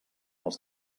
els